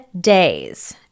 days